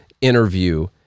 interview